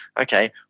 okay